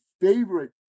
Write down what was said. favorite